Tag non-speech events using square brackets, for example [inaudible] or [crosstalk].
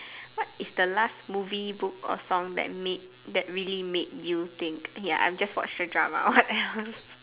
what is the last movie book or song that made that really made you think !aiya! I'm just for sure drama [breath] what else